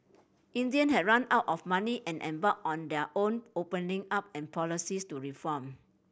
India had run out of money and embarked on their own opening up and policies to reform